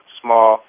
small